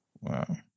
Wow